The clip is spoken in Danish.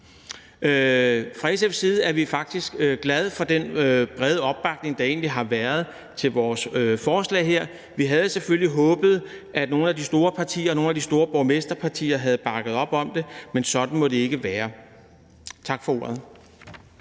Fra SF's side er vi faktisk glade for den brede opbakning, der egentlig har været til vores forslag her. Vi havde selvfølgelig håbet, at nogle af de store partier og nogle af de store borgmesterpartier havde bakket op om det, men sådan måtte det ikke være. Tak for ordet.